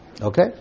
Okay